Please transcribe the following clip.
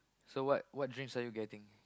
so what what drinks are you getting